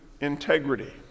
integrity